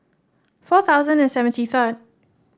four thousand and seventy third